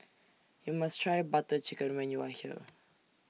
YOU must Try Butter Chicken when YOU Are here